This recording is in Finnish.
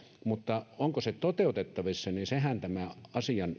mutta onko se toteutettavissa niin sehän on tämän asian